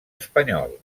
espanyol